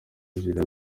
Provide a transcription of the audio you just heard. nigeria